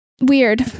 weird